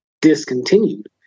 discontinued